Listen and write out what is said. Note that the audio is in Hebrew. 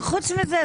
וחוץ מזה,